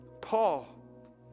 Paul